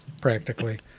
practically